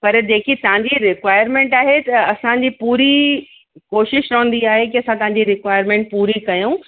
पर जेकी तव्हांजी रिक्वायरमेंट आहे त असांजी पूरी कोशिश रहंदी आहे की असां तव्हांजी रिक्वायरमेंट पूरी कयूं